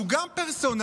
שהוא גם פרסונלי,